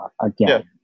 Again